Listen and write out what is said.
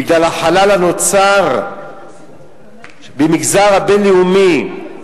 בגלל החלל הנוצר במגזר הבין-לאומי,